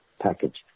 package